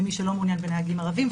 למי שלא מעוניין בנהגים ערבים,